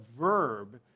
verb